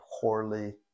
poorly